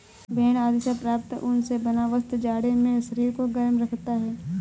भेड़ आदि से प्राप्त ऊन से बना वस्त्र जाड़े में शरीर को गर्म रखता है